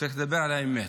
צריך לדבר על האמת.